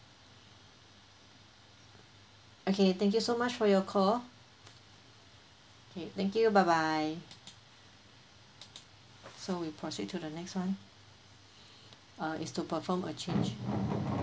okay thank you so much for your call okay thank you bye bye so we proceed to the next one err is to perform a change